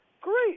great